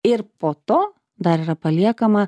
ir po to dar yra paliekama